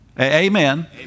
Amen